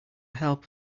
help